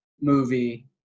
movie